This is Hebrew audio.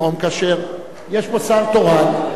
יש פה שר תורן.